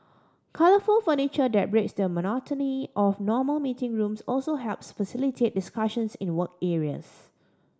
colourful furniture that breaks the monotony of normal meeting rooms also helps facilitate discussions in the work areas